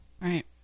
right